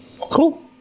Cool